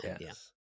Yes